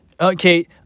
Okay